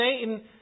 Satan